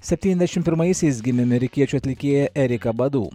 septyniasdešimt pirmaisiais gimė amerikiečių atlikėja erika badu